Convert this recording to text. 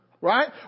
Right